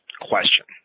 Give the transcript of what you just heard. question